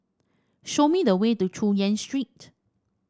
show me the way to Chu Yen Street